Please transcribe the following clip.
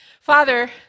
Father